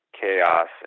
chaos